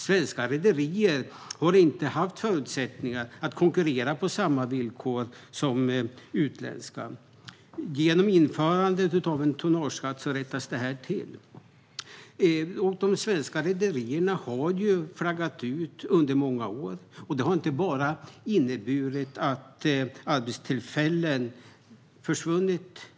Svenska rederier har inte haft förutsättningar att konkurrera på samma villkor som utländska. Genom införandet av en tonnageskatt rättas det till. De svenska rederierna har flaggat ut under många år. Det har inte bara inneburit att arbetstillfällen har försvunnit.